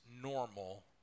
normal